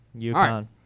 UConn